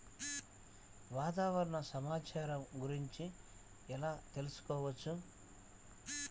వాతావరణ సమాచారం గురించి ఎలా తెలుసుకోవచ్చు?